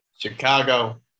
Chicago